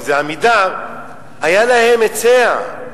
אם זה "עמידר" היה להן היצע.